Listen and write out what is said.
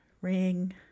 Ring